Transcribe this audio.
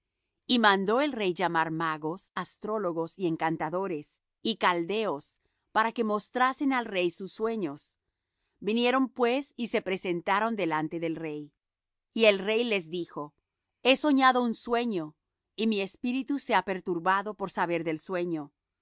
y mandó el rey llamar magos astrólogos y encantadores y caldeos para que mostrasen al rey sus sueños vinieron pues y se presentaron delante del rey y el rey les dijo he soñado un sueño y mi espíritu se ha perturbado por saber del sueño